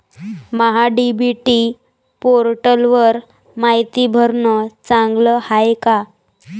महा DBT पोर्टलवर मायती भरनं चांगलं हाये का?